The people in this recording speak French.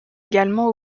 également